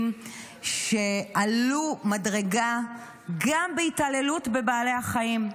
שעלו מדרגה גם בהתעללות בבעלי החיים.